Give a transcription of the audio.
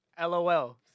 LOL